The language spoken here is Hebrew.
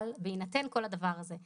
אבל בהינתן כל הדבר הזה,